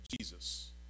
Jesus